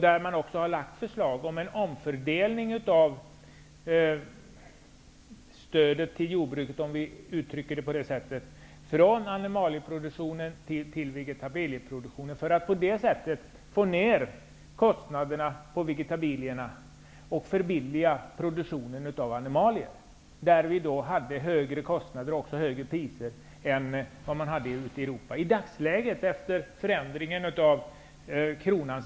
Det har lagts fram förslag om omfördelning av stödet till jordbruket från animalieproduktion till vegetabilieproduktion. På det sättet skall kostnaderna sänkas för vegetabiliesidan och förbilliga produktionen på animaliesidan. På animaliesidan har priserna och kostnaderna varit högre än i Europa.